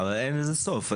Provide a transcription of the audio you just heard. הרי אין לזה סוף.